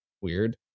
weird